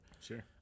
sure